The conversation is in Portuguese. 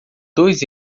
dois